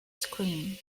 screen